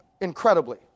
incredibly